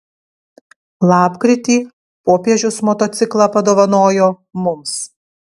lapkritį popiežius motociklą padovanojo mums